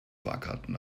fahrkarten